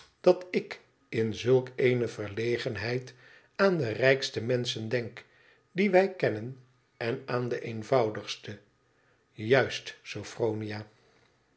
dat ik in zulk eene verlegenheid aan de rijkste menschen denk die wij kennen en aan de eenvoudigste juist sophronia